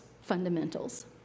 fundamentals